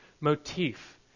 motif